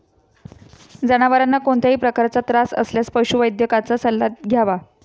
जनावरांना कोणत्याही प्रकारचा त्रास असल्यास पशुवैद्यकाचा सल्ला घ्यावा